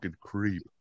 creep